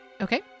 Okay